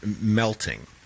melting